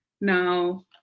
now